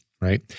right